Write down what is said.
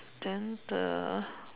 then the